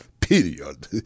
period